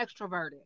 extroverted